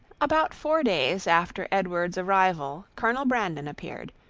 about four days after edward's arrival colonel brandon appeared,